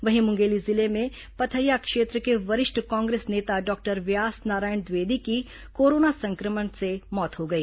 वहीं मुंगेली जिले में पथरिया क्षेत्र के वरिष्ठ कांग्रेस नेता डॉक्टर व्यास नारायण द्विवेदी की कोरोना संक्रमण से मौत हो गई